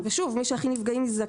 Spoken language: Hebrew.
מי שהכי נפגעים מזה הם